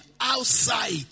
outside